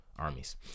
Armies